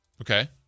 Okay